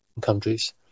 countries